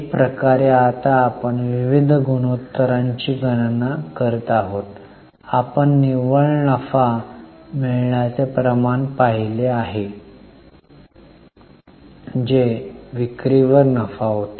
एक प्रकारे आता आपण विविध गुणोत्तरांची गणना करत आहोत आपण निव्वळ नफा मिळण्याचे प्रमाण पाहिले आहे जे विक्रीवर नफा होते